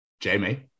Jamie